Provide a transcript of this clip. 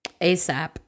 ASAP